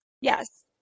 Yes